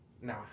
nah